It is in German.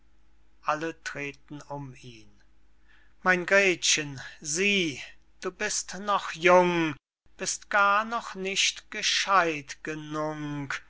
ihn mein gretchen sieh du bist noch jung bist gar noch nicht gescheidt genung